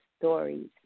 stories